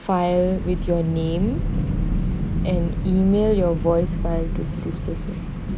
file with your name and email your voice by dispersing